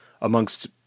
amongst